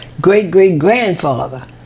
great-great-grandfather